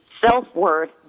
self-worth